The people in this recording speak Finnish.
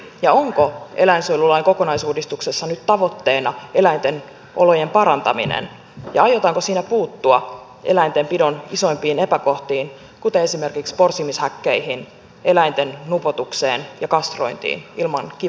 onko eläinsuojelulain kokonaisuudistuksessa nyt tavoitteena eläinten olojen parantaminen ja aiotaanko siinä puuttua eläintenpidon isoimpiin epäkohtiin kuten esimerkiksi porsimishäkkeihin eläinten nupoutukseen ja kastrointiin ilman kivunlievitystä